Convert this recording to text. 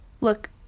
Look